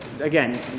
again